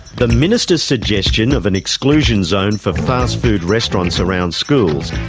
the minister's suggestion of an exclusion zone for fast food restaurants around schools,